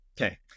Okay